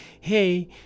Hey